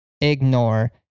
ignore